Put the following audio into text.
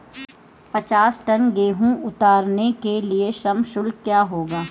पचास टन गेहूँ उतारने के लिए श्रम शुल्क क्या होगा?